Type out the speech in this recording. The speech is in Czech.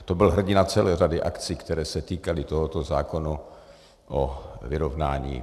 To byl hrdina celé řady akcí, které se týkaly tohoto zákona o vyrovnání.